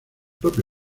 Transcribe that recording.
propio